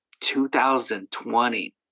2020